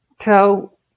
tell